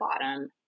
bottom